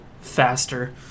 faster